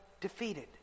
defeated